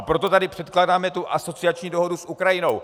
Proto tady předkládáme tu asociační dohodu s Ukrajinou.